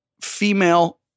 female